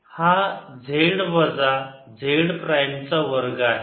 हा z वजा z prime चा वर्ग आहे